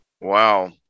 Wow